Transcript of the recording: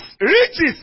riches